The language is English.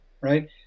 right